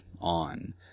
on